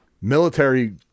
military